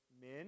men